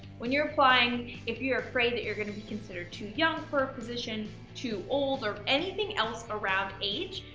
when you're applying, if you're afraid that you're going to be considered too young for a position, too old, or anything else around age,